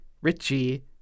Richie